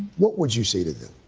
what would you say to them?